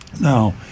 Now